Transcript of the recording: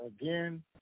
again